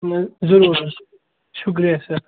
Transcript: نہَ ضروٗر حظ شُکریہ سَر